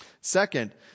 Second